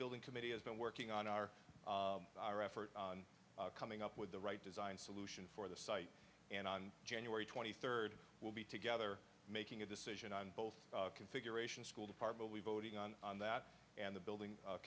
building committee has been working on our effort coming up with the right design solution for the site and on january twenty third will be together making a decision on both configuration school department we voting on that and the building